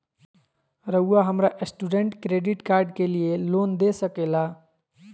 रहुआ हमरा student credit card के लिए लोन दे सके ला?